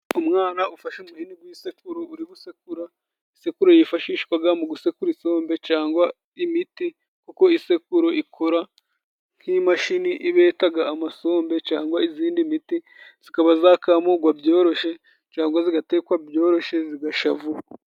Umwana ufashe umuhini gw'isekuru uri gusekura. Isekuru yifashishwaga mu gusekura isombe cangwa imiti, kuko isekuru ikora nk'imashini ibetaga amasombe cangwa izindi miti zikaba zakamugwa byoroshye, cangwa zigatekwa byoroshye zigasha vuba.